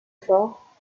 fort